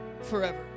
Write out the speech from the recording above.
forever